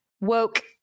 woke